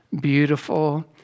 beautiful